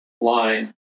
line